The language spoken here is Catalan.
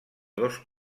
dos